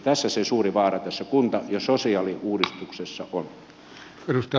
tässä se suuri vaara tässä kunta ja sosiaaliuudistuksessa on